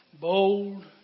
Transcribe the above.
bold